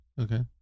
Okay